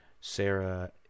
Sarah